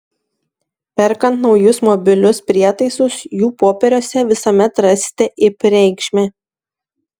perkant naujus mobilius prietaisus jų popieriuose visuomet rasite ip reikšmę